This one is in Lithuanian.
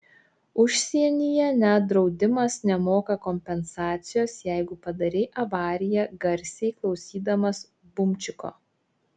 užsienyje net draudimas nemoka kompensacijos jeigu padarei avariją garsiai klausydamas bumčiko